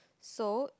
so